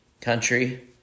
country